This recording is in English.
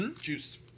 Juice